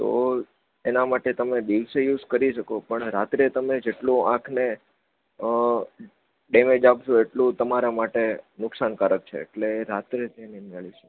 તો એના માટે તમે દિવસે યુઝ કરી શકો પણ રાત્રે તમે જેટલું આંખને ડેમેજ આપશું એટલું તમારા માટે નુકસાનકારક છે એટલે રાત્રે તમે